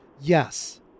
Yes